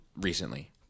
recently